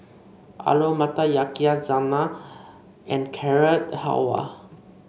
Alu Matar Yakizakana and Carrot Halwa